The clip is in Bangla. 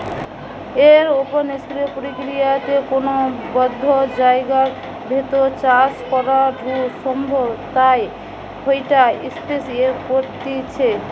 এরওপনিক্স প্রক্রিয়াতে কোনো বদ্ধ জায়গার ভেতর চাষ করাঢু সম্ভব তাই ইটা স্পেস এ করতিছে